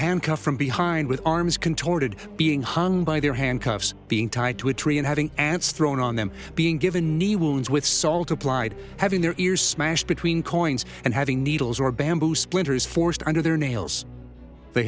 handcuffed from behind with arms contorted being hung by their handcuffs being tied to a tree and having ants thrown on them being given knee wounds with salt applied having their ears smashed between coins and having needles or bamboo splinters forced under their nails they